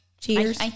cheers